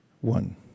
one